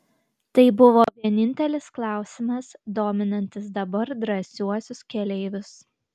tai buvo vienintelis klausimas dominantis dabar drąsiuosius keleivius